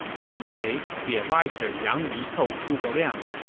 one day, the adviser yang yi told zhuge liang,